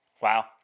Wow